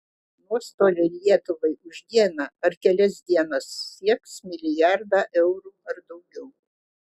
nuostoliai lietuvai už dieną ar kelias dienas sieks milijardą eurų ar daugiau